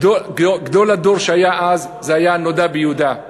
גדול הדור היה "הנודע ביהודה",